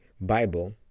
Bible